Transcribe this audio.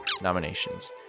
nominations